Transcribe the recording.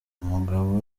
umugabo